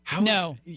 No